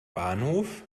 bahnhof